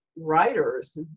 writers